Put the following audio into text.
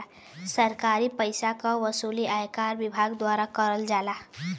सरकारी पइसा क वसूली आयकर विभाग द्वारा करल जाला